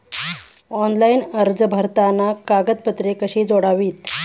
Online अर्ज भरताना कागदपत्रे कशी जोडावीत?